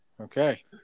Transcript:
Okay